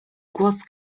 głos